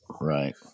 Right